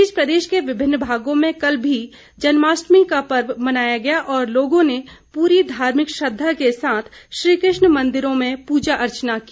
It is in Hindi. इस बीच प्रदेश के विभिन्न भागों में कल भी जन्माष्टमी का पर्व मनाया गया और लोगों ने पूरी धार्मिक श्रद्वा के साथ श्रीकृष्ण मदिरों में पूजा अर्चना की